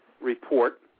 report